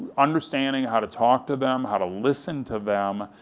understanding how to talk to them, how to listen to them,